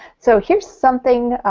so here's something